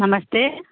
नमस्ते